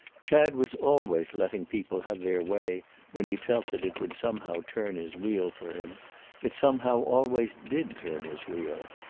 chad was always letting people have their way when he felt that it would somehow turn his wheel for him it somehow always did turn his wheel.